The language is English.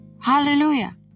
Hallelujah